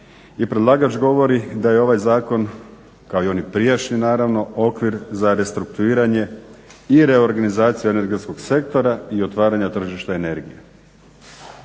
predlagač govori da je ovaj zakon, kao i oni prijašnji naravno, okvir za restrukturiranje i reorganizaciju energetskog sektora i otvaranje tržišta energije.